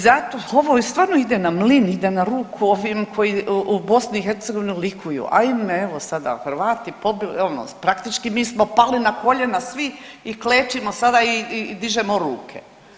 Zato, ovo stvarno ide na mlin, ide na ruku ovim koji u BIH likuju, ajme evo sada Hrvati ono praktički mi smo pali na koljena svi i klečimo sada i dižemo ruke.